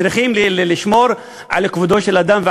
צריכים לשמור על כבודו של אדם,